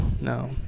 No